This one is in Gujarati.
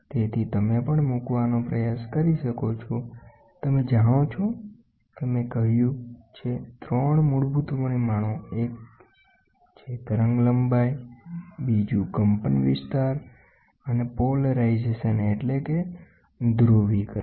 તેથીતમે પણ મૂકવાનો પ્રયાસ કરી શકો છો તમે જાણો છો કે મેં કહ્યું છે 3 મૂળભૂત પરિમાણો એક છેતરંગલંબાઇ કંપનવિસ્તાર અને ધ્રુવીકરણ